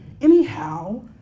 anyhow